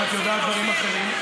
אם את יודעת דברים אחרים,